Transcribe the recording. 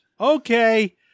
Okay